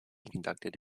conducted